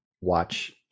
watch